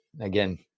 Again